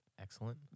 Excellent